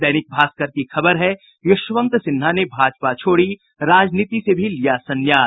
दैनिक भास्कर की खबर है यशवंत सिन्हा ने भाजपा छोड़ी राजनीति से भी लिया संन्यास